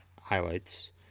highlights